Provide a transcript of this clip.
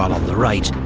on on the right,